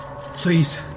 Please